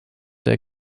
der